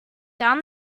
down